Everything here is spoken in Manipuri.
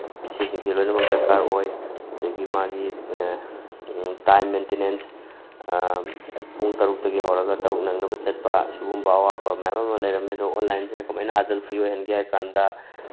ꯁꯤꯁꯤꯡꯁꯤ ꯂꯣꯏꯅꯃꯛ ꯗꯔꯀꯥꯔ ꯑꯣꯏ ꯑꯗꯒꯤ ꯃꯥꯒꯤ ꯇꯥꯏꯝ ꯃꯦꯟꯇꯦꯅꯦꯟꯁ ꯄꯨꯡ ꯇꯔꯨꯛꯇꯒꯤ ꯍꯧꯔꯒ ꯇꯔꯨꯛ ꯅꯪꯅꯕ ꯆꯠꯄ ꯁꯨꯒꯨꯝꯕ ꯑꯋꯥꯕ ꯃꯌꯥꯝ ꯑꯃ ꯂꯩꯔꯝꯃꯦ ꯑꯗꯣ ꯑꯣꯟꯂꯥꯏꯟꯁꯤꯗ ꯀꯃꯥꯏꯅ ꯍꯥꯖꯜ ꯐ꯭ꯔꯤ ꯑꯣꯏꯍꯟꯒꯦ ꯍꯥꯏꯀꯥꯟꯗ